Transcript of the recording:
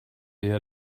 ihr